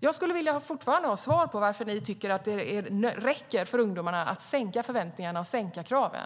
Jag skulle fortfarande vilja ha svar på varför ni tycker att det räcker för ungdomarna att sänka förväntningarna och sänka kraven.